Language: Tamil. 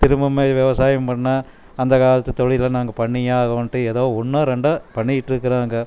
திரும்ப மாதிரி விவசாயம் பண்ணால் அந்த காலத்து தொழிலை நாங்கள் பண்ணியே ஆகனுண்டு எதோ ஒன்றோ ரெண்டோ பண்ணிகிட்ருக்குறாங்க